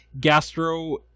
gastro